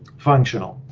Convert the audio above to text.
functional.